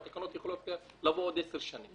והתקנות יכולות לבוא בעוד עשר שנים.